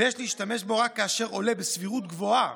ויש להשתמש בו רק כאשר עולה בסבירות גבוהה